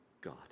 God